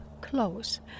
close